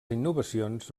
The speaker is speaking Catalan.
innovacions